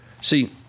See